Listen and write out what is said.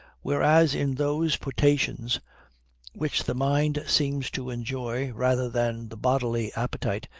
whereas in those potations which the mind seems to enjoy, rather than the bodily appetite,